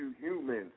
humans